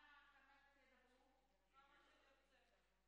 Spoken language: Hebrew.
הצעת חוק ההוצאה לפועל (תיקון מס' 65),